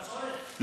יש לו קשר לבצורת?